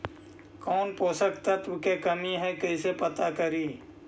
कौन पोषक तत्ब के कमी है कैसे पता करि?